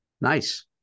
Nice